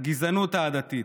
הגזענות העדתית.